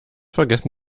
vergessen